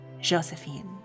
Josephine